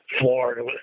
Florida